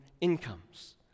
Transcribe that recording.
incomes